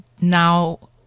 now